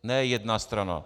Ne jedna strana.